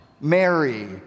Mary